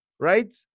right